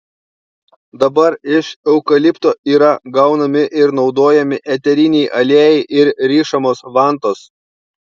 dabar iš eukalipto yra gaunami ir naudojami eteriniai aliejai ir rišamos vantos